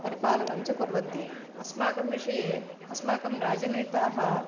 परिपालनञ्च कुर्वन्ति अस्माकं विषये अस्माकं राजनेताः